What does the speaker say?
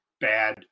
bad